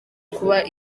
kuba